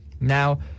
Now